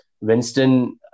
Winston